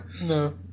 No